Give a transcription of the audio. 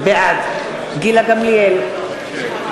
יואל אדלשטיין,